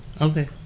Okay